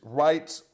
rights